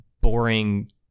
boring